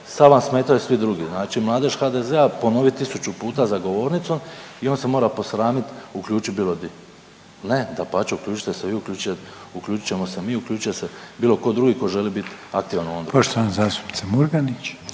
sad vas smetaju svi drugi. Znači Mladež HDZ-a, ponovi tisuću puta za govornicom i on se mora posramiti uključit bilo di. Ne, dapače, uključite se svi, uključit ćemo se mi, uključit će se bilo tko drugi tko želi bit aktivan u ovom.